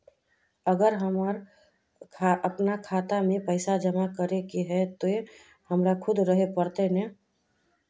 अगर हमर अपना खाता में पैसा जमा करे के है ते हमरा खुद रहे पड़ते ने?